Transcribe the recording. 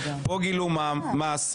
פה גילום מס,